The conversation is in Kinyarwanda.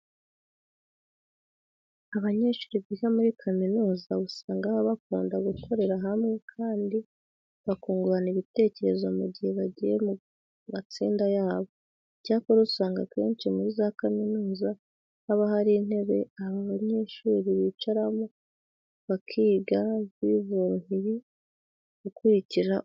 Abanyeshuri biga muri kaminuza usanga baba bakunda gukorera hamwe kandi bakungurana n'ibitekerezo mu gihe bagiye mu matsinda yabo. Icyakora usanga akenshi muri za kaminuza haba hari intebe aba banyeshuri bicaramo bakiga biboroheye gukurikira umwarimu wabo.